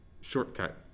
shortcut